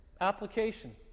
application